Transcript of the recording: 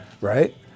Right